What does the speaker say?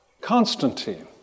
Constantine